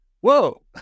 whoa